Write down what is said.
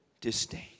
disdain